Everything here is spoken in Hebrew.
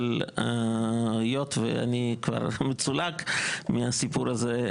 אבל היות ואני כבר מצולק מהסיפור הזה,